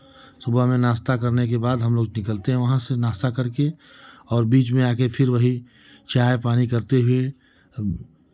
सुबह में नाश्ता करने के बाद हमलोग निकलते हैं वहाँ से नाश्ता करके और बीच में आ के फिर वही चाय पानी करते हुए